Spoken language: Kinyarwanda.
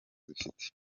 zifite